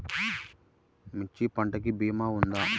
మిర్చి పంటకి భీమా ఉందా?